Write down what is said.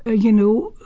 ah you know,